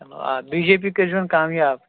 چَلو آ BJP کٔرۍزِہون کامیاب